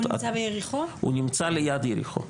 הוא נמצא ליד יריחו.